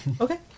Okay